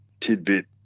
tidbit